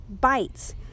bites